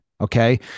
Okay